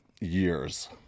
years